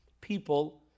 people